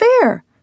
fair